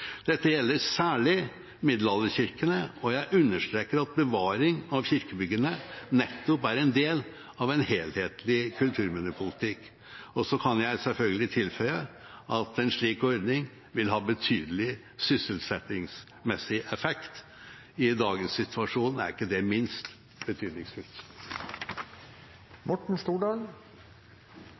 Dette gjelder særlig middelalderkirkene, og jeg understreker at bevaring av kirkebyggene nettopp er en del av en helhetlig kulturminnepolitikk. Og så kan jeg selvfølgelig tilføye at en slik ordning vil ha betydelig sysselsettingsmessig effekt. I dagens situasjon er ikke det minst betydningsfullt.